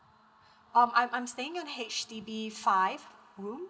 um I'm I'm staying in H_D_B five room